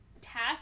task